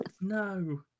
No